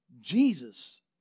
Jesus